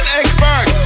expert